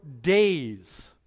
days